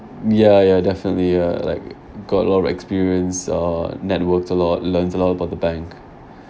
ya ya definitely uh like got a lot of experience uh networked a lot learned a lot about the bank